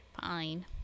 Fine